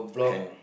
hang